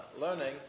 learning